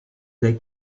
dai